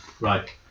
Right